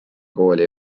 kooli